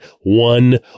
one